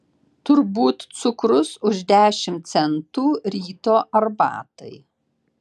turbūt cukrus už dešimt centų ryto arbatai